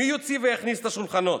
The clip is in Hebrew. מי יוציא ויכניס את השולחנות?